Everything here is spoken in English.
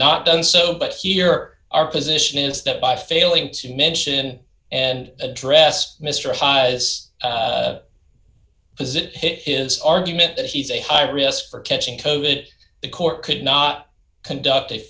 not done so but here our position is that by failing to mention and address mister is it his argument that he's a high risk for catching code it the court could not conduct